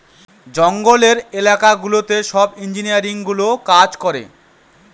জঙ্গলের এলাকা গুলোতে সব ইঞ্জিনিয়ারগুলো কাজ করে